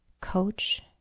coach